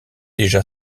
déjà